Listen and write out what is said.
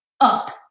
up